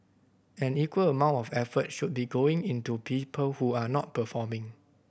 an equal amount of effort should be going into people who are not performing